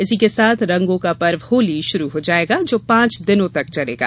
इसी के साथ रंगों का पर्व होली शुरू हो जायेगा जो पांच दिनों तक चलेगा